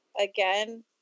again